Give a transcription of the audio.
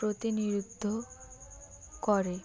প্রতিনিধিত্ব করে